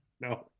No